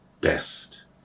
best